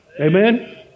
Amen